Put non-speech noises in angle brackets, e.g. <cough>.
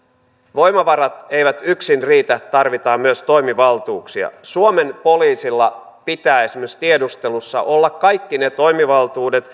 voimavarat eivät yksin riitä tarvitaan myös toimivaltuuksia suomen poliisilla pitää esimerkiksi tiedustelussa olla kaikki ne toimivaltuudet <unintelligible>